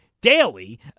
daily